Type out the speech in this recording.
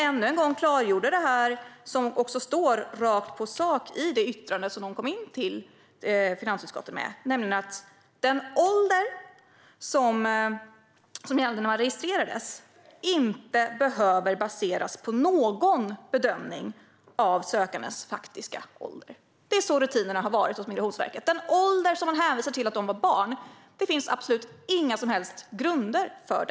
Då klargjorde man ännu en gång det som står rakt på sak i det yttrande som man kom in till finansutskottet med, nämligen att den ålder som registrerades inte behöver vara baserad på någon bedömning av sökandenas faktiska ålder. Det är så rutinerna har varit hos Migrationsverket. Den ålder som man hänvisade till, att de var barn, finns det inga som helst grunder för.